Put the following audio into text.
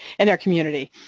in their community,